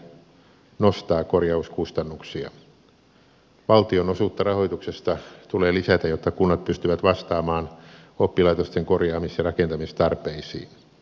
valtion osuutta rahoituksesta tulee lisätä jotta kunnat pystyvät vastaamaan oppilaitosten korjaamis ja rakentamistarpeisiin